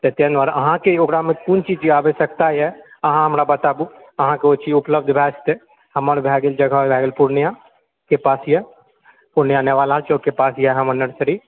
तऽ तैं दुआरे अहाँके ओकरा मे कुन चीज के आवश्यकता यऽ अहाँ हमरा बताबु अहाँके ओ चीज उपलब्ध भए जेतय हमर भए गेल जगह भए गेल पूर्णियाके पास यऽ पूर्णिया नेवाला चौकके पास यऽ हमर नर्सरी